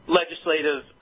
legislative